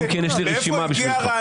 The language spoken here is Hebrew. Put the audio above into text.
אם כן, יש לי רשימה בשבילך.